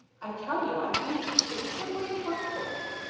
i tell you i can't. it is simply impossible.